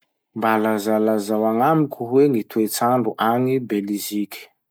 Mba lazalazao agnamiko hoe gny toetsandro agny Beliziky?